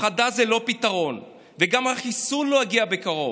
הפחדה זה לא פתרון, וגם החיסון לא יגיע בקרוב,